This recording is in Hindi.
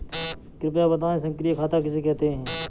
कृपया बताएँ सक्रिय खाता किसे कहते हैं?